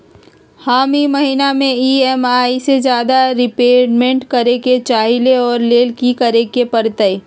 हम ई महिना में ई.एम.आई से ज्यादा रीपेमेंट करे के चाहईले ओ लेल की करे के परतई?